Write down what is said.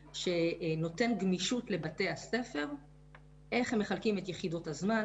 נותן גמישות לבתי הספר איך הם מחלקים את יחידות הזמן,